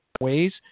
ways